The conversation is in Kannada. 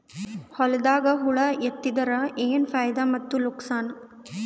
ಹೊಲದಾಗ ಹುಳ ಎತ್ತಿದರ ಏನ್ ಫಾಯಿದಾ ಮತ್ತು ನುಕಸಾನ?